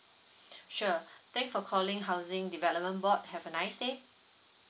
sure thanks for calling housing development board have a nice day